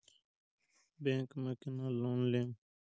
Bank में केना loan लेम?